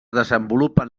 desenvolupen